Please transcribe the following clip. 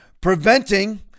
preventing